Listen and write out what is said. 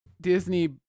Disney